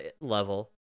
level